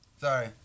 Sorry